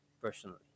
personally